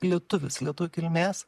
lietuvis lietuvių kilmės